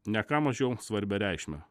ne ką mažiau svarbią reikšmę